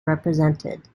represented